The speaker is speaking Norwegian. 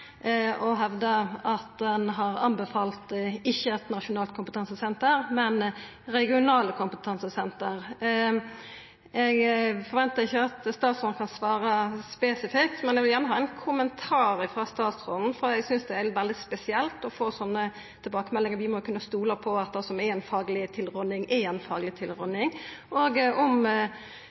og hevdar at ein ikkje har anbefalt eit nasjonalt kompetansesenter, men regionale kompetansesenter. Eg forventar ikkje at statsråden kan svara spesifikt, men eg vil gjerne ha ein kommentar frå statsråden, for eg synest det er veldig spesielt å få sånne tilbakemeldingar – vi må kunna stola på at det som er ei fagleg tilråding, er ei fagleg tilråding. Og har statsråden gjort seg nokre meiningar om